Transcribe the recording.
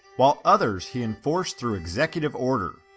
while others he enforced through executive order.